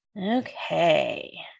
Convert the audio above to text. Okay